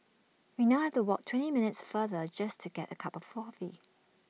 we now have to walk twenty minutes farther just to get A cup of coffee